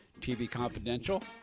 tvconfidential